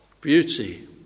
Beauty